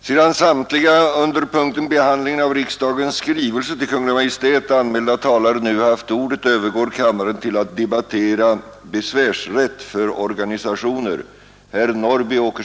Sedan samtliga under punkten ”Behandlingen av riksdagens skrivelser till Kungl. Maj:t” anmälda talare nu haft ordet, övergår kammaren till att debattera ”Besvärsrätt för organisationer”.